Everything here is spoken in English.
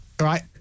Right